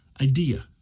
idea